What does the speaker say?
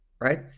Right